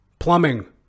plumbing